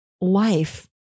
life